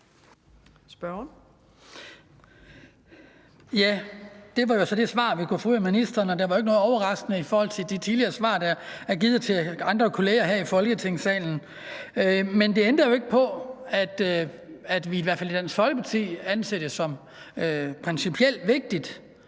det var jo så det svar, vi kunne få ud af ministeren. Og der var ikke noget overraskende i forhold til de tidligere svar, der er givet til andre kolleger her i Folketingssalen. Men det ændrer jo ikke på, at vi i hvert fald her i Dansk Folkeparti anser det som principielt vigtigt,